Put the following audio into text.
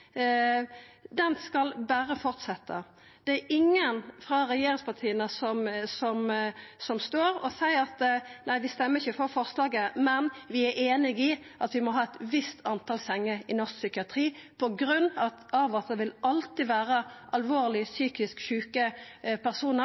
skal berre fortsetja. Det er ingen frå regjeringspartia som står og seier at nei, vi stemmer ikkje for forslaget, men vi er einige i at vi må ha eit visst tal senger i norsk psykiatri på grunn av at det alltid vil vera alvorleg psykisk sjuke personar